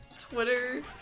twitter